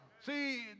See